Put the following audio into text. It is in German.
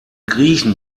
griechen